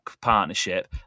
partnership